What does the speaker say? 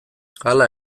hala